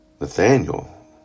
Nathaniel